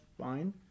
fine